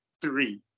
three